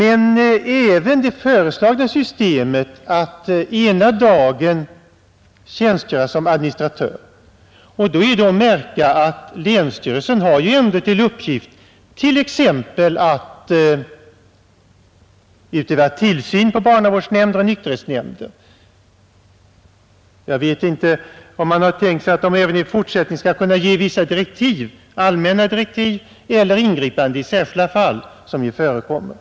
Enligt det föreslagna systemet kan en tjänsteman ena dagen tjänstgöra som administratör — det är då att märka att länsstyrelsen har till uppgift t.ex. att utöva tillsyn över barnavårdsnämnder och nykterhetsnämnder och kan — jag vet inte om man har tänkt sig denna ordning även i fortsättningen — ge vissa direktiv, allmänna eller ingripande i särskilda fall, som ju förekommer.